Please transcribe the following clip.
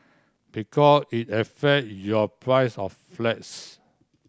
because it affect your price of flats